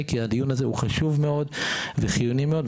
כי הדיון הזה חשוב מאוד וחיוני מאוד.